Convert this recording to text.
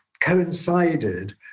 coincided